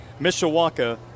Mishawaka